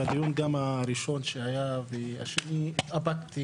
בדיון הראשון שהיה וגם השני התאפקתי